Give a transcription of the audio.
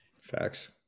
Facts